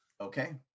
okay